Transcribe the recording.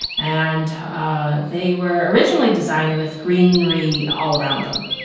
and ah they were originally designed with greenery all around them.